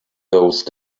those